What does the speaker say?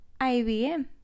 IBM